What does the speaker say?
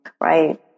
right